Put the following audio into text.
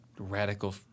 Radical